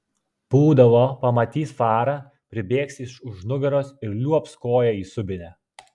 būdavo pamatys farą pribėgs iš už nugaros ir liuobs koja į subinę